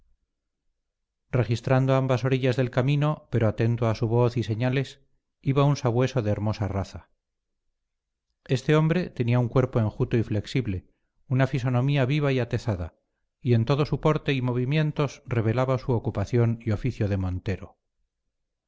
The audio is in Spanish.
registrando ambas orillas del camino pero atento a su voz y señales iba un sabueso de hermosa raza este hombre tenía un cuerpo enjuto y flexible una fisonomía viva y atezada y en todo su porte y movimientos revelaba su ocupación y oficio de montero